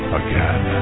again